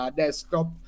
desktop